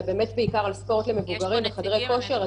באמת בעיקר על ספורט למבוגרים וחדרי כושר,